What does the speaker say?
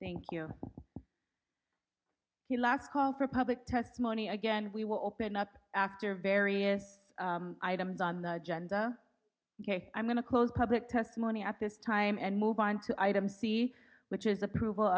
thank you the last call for public testimony again we will open up after various items on the agenda i'm going to close public testimony at this time and move on to item c which is approval